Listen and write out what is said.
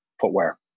footwear